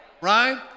Right